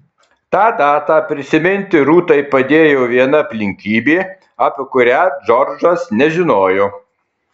tą datą prisiminti rūtai padėjo viena aplinkybė apie kurią džordžas nežinojo